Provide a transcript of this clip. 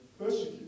Persecute